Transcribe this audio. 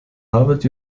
harvard